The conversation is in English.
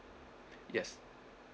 yes